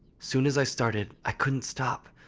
soon as i started, i couldn't stop.